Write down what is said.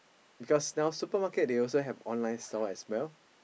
because now supermarket they also have online store as well